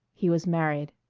he was married.